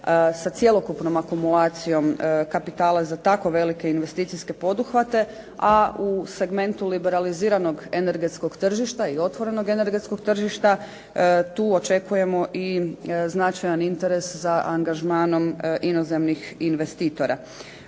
sa cjelokupnom akumulacijom kapitala za tako velike investicijske poduhvate, a u segmentu liberaliziranog energetskog tržišta i otvorenog energetskog tržišta tu očekujemo i značajan interes za angažmanom inozemnih investitora